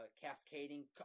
cascading